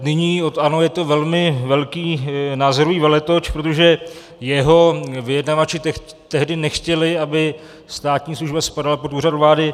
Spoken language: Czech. Nyní od ANO je to velmi velký názorový veletoč, protože jeho vyjednavači tehdy nechtěli, aby státní služba spadala pod Úřad vlády.